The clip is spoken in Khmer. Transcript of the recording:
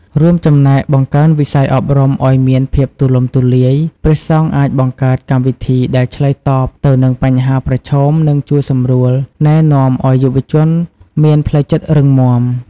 រួមចំណែក បង្កើនវិស័យអប់រំឲ្យមានភាពទូលំទូលាយ ព្រះសង្ឃអាចបង្កើតកម្មវិធីដែលឆ្លើយតបទៅនឹងបញ្ហាប្រឈម និងជួយសម្រួលណែនាំឲ្យយុវជនមានផ្លូវចិត្តរឹងមាំ។